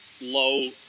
low